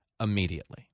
immediately